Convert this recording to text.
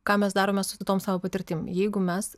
ką mes darome su tom savo patirtim jeigu mes